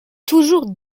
toujours